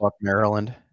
Maryland